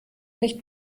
nicht